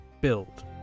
build